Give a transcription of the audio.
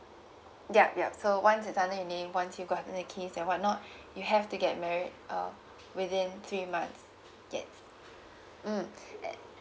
yup yup so once is under your name once you gotten the keys and what not you have to get married uh within three months yet mm uh